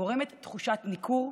גורמת תחושת ניכור,